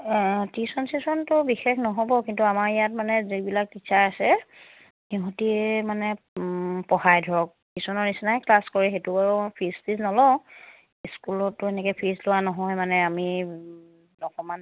tuition চিউশ্যনটো বিশেষ নহ'ব কিন্তু আমাৰ ইয়াত মানে যিবিলাক টিচাৰ আছে সিহঁতি মানে পঢ়াই ধৰক টিউশ্যনৰ নিচিনাই ক্লাছ কৰে সেইটো বাৰু ফিজ তিজ নলওঁ স্কুলতো এনেকৈ ফিজ লোৱা নহয় মানে আমি অকমান